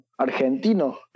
argentino